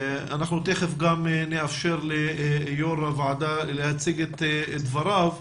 תיכף נאפשר ליו"ר הוועדה להציג את דבריו,